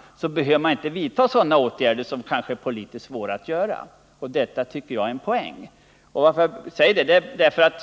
— behöver man inte på samma sätt vidta åtgärder som kanske är politiskt svåra att genomföra. Det tycker jag är en poäng.